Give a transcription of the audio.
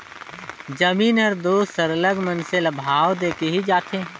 जमीन हर दो सरलग मइनसे ल भाव देके ही जाथे